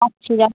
রাকছি রে